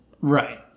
Right